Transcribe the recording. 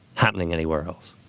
happening anywhere else.